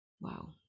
wow